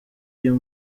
iyo